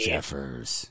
Jeffers